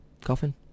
coffin